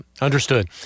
understood